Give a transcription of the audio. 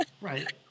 Right